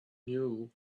knew